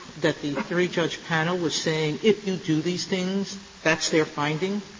that the three judge panel was saying, if you do these things that's their finding,